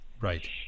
Right